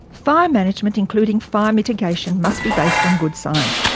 fire management, including fire mitigation must be based on good science,